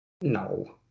No